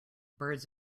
birds